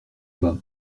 bas